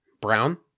brown